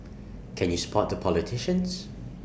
can you spot the politicians